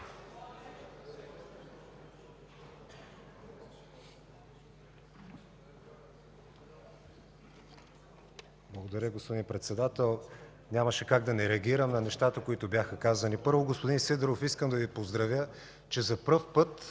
Благодаря, господин Председател. Нямаше как да не реагирам на нещата, които бяха казани. Първо, господин Сидеров, искам да Ви поздравя, че за пръв път